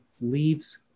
leaves